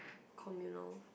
communal